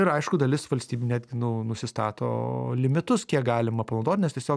ir aišku dalis valstybių netgi nu nusistato limitus kiek galima panaudot nes tiesiog